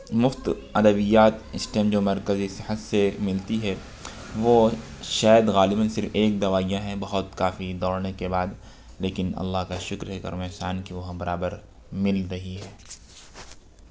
مفت ادویات اس ٹائم جو مرکزی صحت سے ملتی ہے وہ شاید غالباً صرف ایک دوائیاں ہیں بہت کافی دوڑنے کے بعد لیکن اللہ کا شکر ہے کرم و احسان کہ وہ ہمیں برابر مل رہی ہے